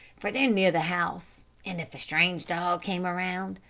for they're near the house, and if a strange dog came around,